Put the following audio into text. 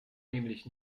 nämlich